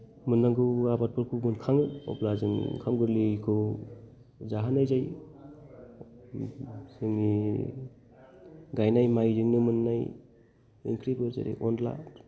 मोन्नांगौ आबादफोरखौ मोनखाङो अब्ला जों ओंखाम गोर्लैखौ जाहोनाय जायो ओमफ्राय जोंनि गायनाय माइजोंनो मोन्नाय ओंख्रिफोर जेरै अनला